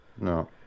No